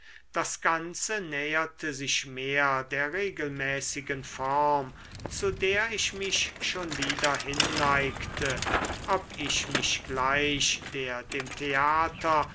das ganze näherte sich mehr der regelmäßigen form zu der ich mich schon wieder hinneigte ob ich mich gleich der dem theater